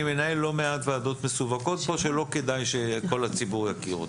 אני מנהל לא מעט ועדות מסווגות פה שלא כדאי שכל הציבור יכיר אותן,